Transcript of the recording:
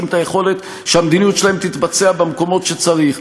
את היכולת שהמדיניות שלהם תתבצע במקומות שצריך,